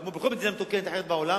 כמו בכל מדינה מתוקנת אחרת בעולם,